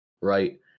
right